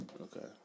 Okay